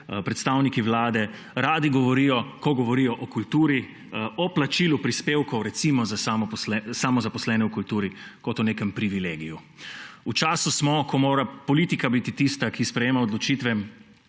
predstavniki Vlade radi govorijo, ko govorijo o kulturi, o plačilu prispevkov recimo za samozaposlene v kulturi kot o nekem privilegiju. Smo v času, ko mora politika biti tista, ki sprejema odločitve,